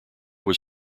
was